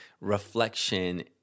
reflection